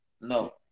no